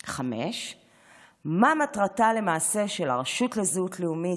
5. מה מטרתה, למעשה, של הרשות לזהות לאומית,